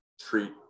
treat